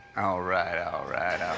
right, all right,